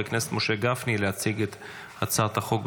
הכנסת משה גפני להציג את הצעת החוק,